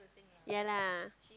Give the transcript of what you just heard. ya lah